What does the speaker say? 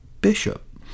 Bishop